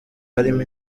harimo